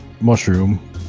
mushroom